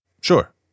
Sure